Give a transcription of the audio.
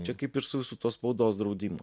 čia kaip ir su su tuo spaudos draudimu